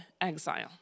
exile